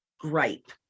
gripe